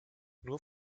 nur